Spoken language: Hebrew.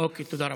אוקיי, תודה רבה.